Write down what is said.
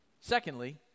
Secondly